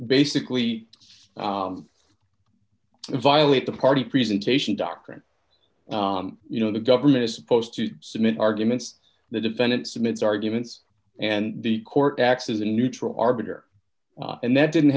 basically violate the party presentation doctrine you know the government is supposed to submit arguments the defendants admits arguments and the court acts as a neutral arbiter and that didn't